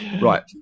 Right